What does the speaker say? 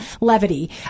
levity